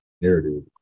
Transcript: narrative